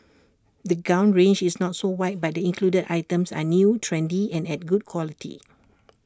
the gown range is not so wide but the included items are new trendy and at good quality